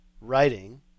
writing